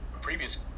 previous